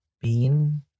Bean